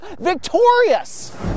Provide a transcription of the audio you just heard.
victorious